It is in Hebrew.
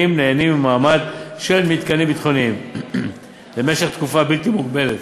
נהנים ממעמד של מתקנים ביטחוניים במשך תקופה בלתי מוגבלת.